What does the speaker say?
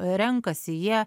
renkasi jie